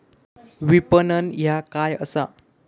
विपणन ह्या काय असा?